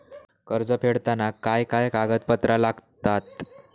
कर्ज फेडताना काय काय कागदपत्रा लागतात?